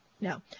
No